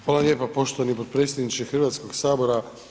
Hvala lijepa poštovani potpredsjedniče Hrvatskog sabora.